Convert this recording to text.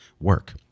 work